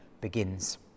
begins